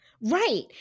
right